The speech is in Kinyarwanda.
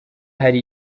hari